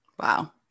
Wow